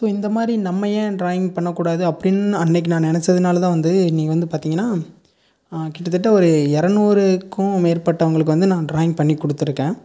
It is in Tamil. ஸோ இந்தமாதிரி நம்ம ஏன் டிராயிங் பண்ணக்கூடாது அப்படின்னு அன்றைக்கி நான் நினச்சதுனால தான் வந்து இன்றைக்கி வந்து பார்த்திங்கன்னா கிட்டத்தட்ட ஒரு இரநூறுக்கும் மேற்பட்டவங்களுக்கு வந்து நான் டிராயிங் பண்ணி கொடுத்துருக்கேன்